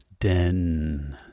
Den